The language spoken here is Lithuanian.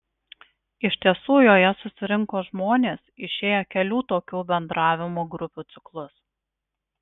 iš tiesų joje susirinko žmonės išėję kelių tokių bendravimo grupių ciklus